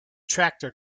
tractor